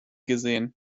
gesehen